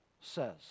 says